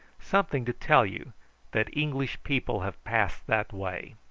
something to tell you that english people have passed that way.